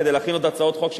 כדי להכין עוד הצעות חוק,